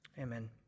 Amen